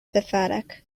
pathetic